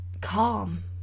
calm